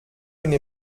une